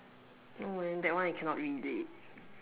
no way that one I cannot read is it